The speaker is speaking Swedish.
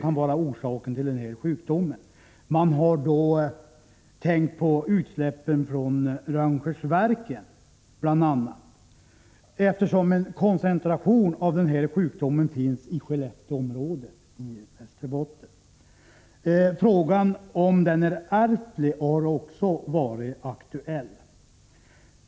Man har då tänkt på bl.a. utsläppen från Rönnskärsverken, eftersom det är en koncentration av denna sjukdom i Skellefteområdet. Frågan om den är ärftlig har också varit aktuell.